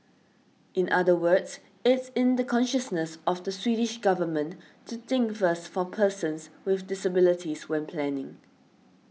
in other words it's in the consciousness of the Swedish government to think first for persons with disabilities when planning